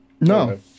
No